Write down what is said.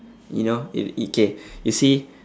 you know i~ okay you see